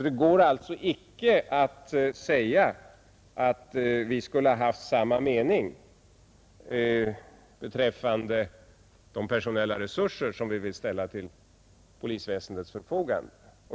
Det går alltså inte att påstå att vi skulle ha haft samma mening beträffande de personella resurser, som skall ställas till polisväsendets förfogande.